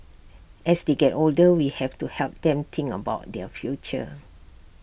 as they get older we have to help them think about their future